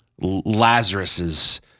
Lazarus's